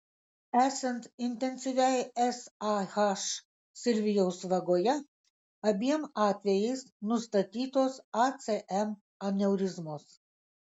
esant intensyviai sah silvijaus vagoje abiem atvejais nustatytos acm aneurizmos